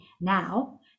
now